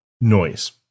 noise